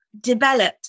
developed